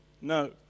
No